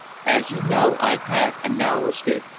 as you know, i've had a narrow escape.